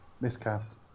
Miscast